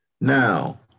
Now